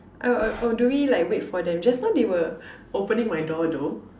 or or or do we like wait for them just now they were opening my door though